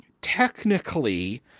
Technically